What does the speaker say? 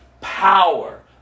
power